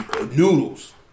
noodles